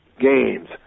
games